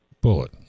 bullet